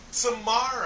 tomorrow